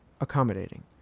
accommodating